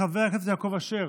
חבר הכנסת יעקב אשר,